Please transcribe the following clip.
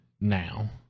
now